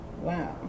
wow